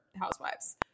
housewives